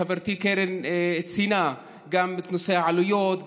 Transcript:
חברתי קרן ציינה גם את נושא העלויות,